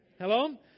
Hello